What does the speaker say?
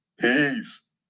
Peace